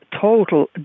total